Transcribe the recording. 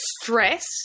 stress